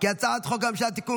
חוק הממשלה (תיקון,